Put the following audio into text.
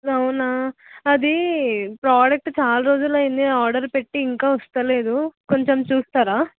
అవునా అదీ ప్రొడక్ట్ చాలా రోజులైంది ఆర్డర్ పెట్టి ఇంకా వస్తలేదు కొంచెం చూస్తారా